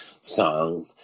song